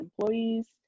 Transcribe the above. employees